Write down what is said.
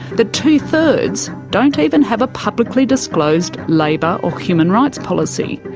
that two-thirds don't even have a publicly disclosed labour or human rights policy,